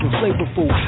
flavorful